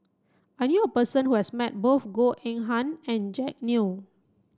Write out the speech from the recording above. I knew a person who has met both Goh Eng Han and Jack Neo